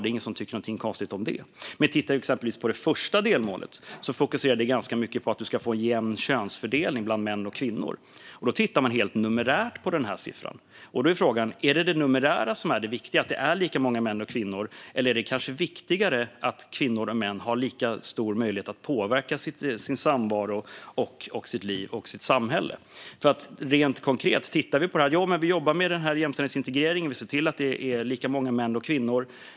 Det är ingen som tycker att det är någonting konstigt med det. Men tar man till exempel det första delmålet fokuserar det ganska mycket på att vi ska få en jämn könsfördelning bland män och kvinnor. Då tittar man helt numerärt på den här siffran, och då är frågan: Är det numerären som är det viktiga, att det är lika många män som kvinnor? Eller är det kanske viktigare att kvinnor och män har lika stor möjlighet att påverka sin samvaro, sitt liv och sitt samhälle? Rent konkret när vi tittar på detta så, ja, vi jobbar med jämställdhetsintegreringen, och vi ser till att det är lika många män som kvinnor.